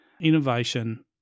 innovation